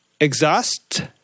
Exhaust